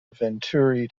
venturi